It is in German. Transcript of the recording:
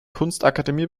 kunstakademie